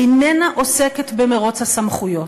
איננה עוסקת במירוץ הסמכויות.